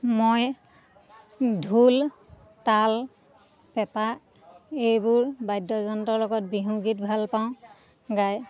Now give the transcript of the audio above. মই ঢোল তাল পেঁপা এইবোৰ বাদ্যযন্ত্ৰৰ লগত বিহু গীত ভাল পাওঁ গাই